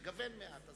צריך לגוון מעט,